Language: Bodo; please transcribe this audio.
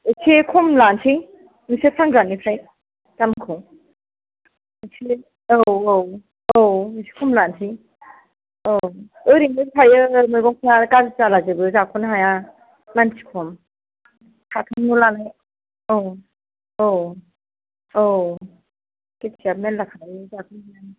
एसे खम लानोसै नोंसोर फानग्रानिफ्राय दामखौ औ औ औ एसे खम लानसै औ ओरैनो थायो मैगंफ्रा गाज्रि जाला जोबो जाख'नो हाया मानसि खम औ औ औ खेथिया मेरलाखा हाय